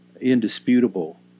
indisputable